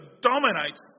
dominates